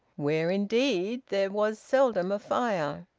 where indeed there was seldom a fire.